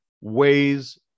ways